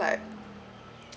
like